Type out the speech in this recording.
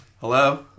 Hello